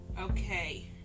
Okay